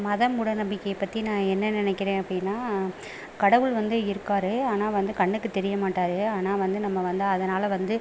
மத மூட நம்பிக்கையை பற்றி நான் என்ன நினைக்கிறேன் அப்படின்னா கடவுள் வந்து இருக்கார் ஆனால் வந்து கண்ணுக்குத் தெரிய மாட்டார் ஆனால் வந்து நம்ம வந்து அதனால் வந்து